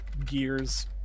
Gears